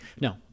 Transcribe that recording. no